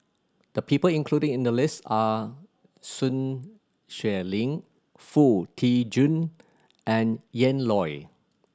the people included in the list are Sun Xueling Foo Tee Jun and Ian Loy